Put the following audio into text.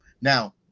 Now